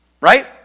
Right